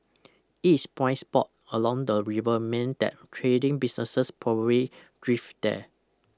it is prime spot along the river meant that trading businesses probably thrived there